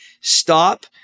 stop